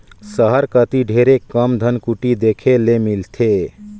सहर कती ढेरे कम धनकुट्टी देखे ले मिलथे